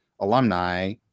alumni